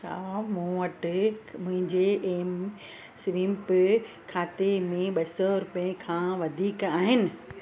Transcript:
छा मूं वटि मुंहिंजे एम स्वींप खाते में ॿ सौ रुपय खां वधीक आहिनि